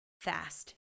fast